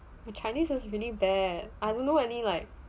my chinese was really bad I don't know any like